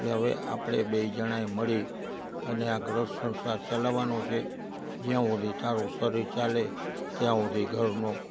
એટલે હવે આપણે બેય જણાએ મળી અને આ ઘર સંસાર ચલાવવાનો છે જયાં સુધી તારું શરીર ચાલે ત્યાં સુધી ઘરનું